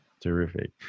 Terrific